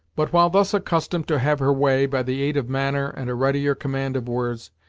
but, while thus accustomed to have her way, by the aid of manner and a readier command of words,